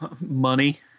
Money